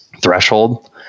threshold